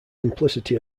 simplicity